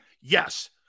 Yes